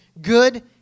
good